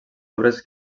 obres